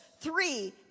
three